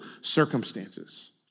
circumstances